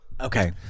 okay